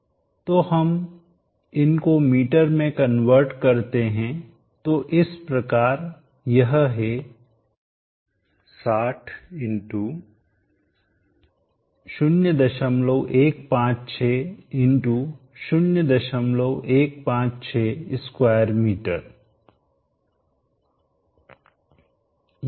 तो हम इन को मीटर में कन्वर्ट करते हैं तो इस प्रकार यह है 60 x 0156 x 015 6 स्क्वायर मीटर हैं